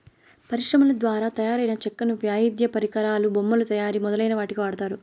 పరిశ్రమల ద్వారా తయారైన చెక్కను వాయిద్య పరికరాలు, బొమ్మల తయారీ మొదలైన వాటికి వాడతారు